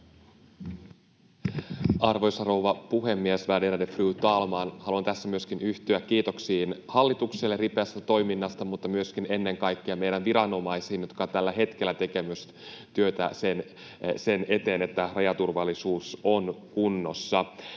Arvoisa rouva puhemies, värderade fru talman! Haluan tässä myöskin yhtyä kiitoksiin hallitukselle ripeästä toiminnasta mutta myöskin ennen kaikkea meidän viranomaisille, jotka tällä hetkellä myös tekevät työtä sen eteen, että rajaturvallisuus on kunnossa.